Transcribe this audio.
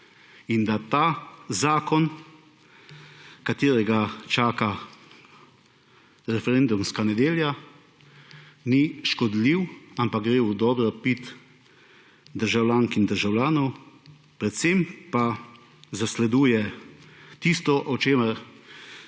in da ta zakon, katerega čaka referendumska nedelja, ni škodljiv, ampak gre v dobrobit državljank in državljanov. Predvsem pa zasleduje tisto, na kar